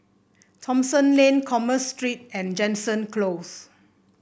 Thomson Lane Commerce Street and Jansen Close